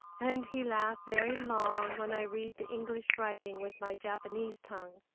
and he laugh very long when i read the english writing with my japanese tongue.